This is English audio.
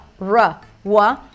R-W